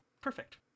Perfect